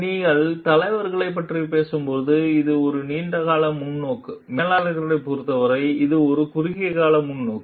நீங்கள் தலைவர்களைப் பற்றி பேசும்போது இது ஒரு நீண்ட கால முன்னோக்கு மேலாளர்களைப் பொறுத்தவரை இது ஒரு குறுகிய கால முன்னோக்கு